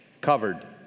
Covered